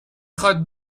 خواد